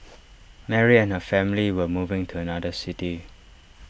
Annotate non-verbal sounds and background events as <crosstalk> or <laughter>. <noise> Mary and her family were moving to another city